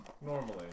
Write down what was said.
normally